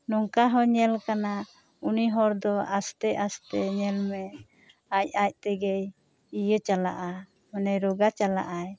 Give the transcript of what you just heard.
ᱱᱚᱝᱠᱟ ᱦᱚᱸ ᱧᱮᱞ ᱠᱟᱱᱟ ᱩᱱᱤ ᱦᱚᱲ ᱫᱚ ᱟᱥᱛᱮ ᱟᱥᱛᱮ ᱧᱮᱞᱢᱮ ᱟᱡ ᱟᱡ ᱛᱮᱜᱮ ᱤᱭᱟᱹ ᱪᱟᱞᱟᱜᱼᱟ ᱚᱱᱟ ᱨᱚᱜᱟ ᱪᱟᱞᱟᱜᱼᱟᱭ